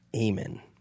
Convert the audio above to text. Amen